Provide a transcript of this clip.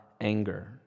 anger